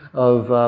of,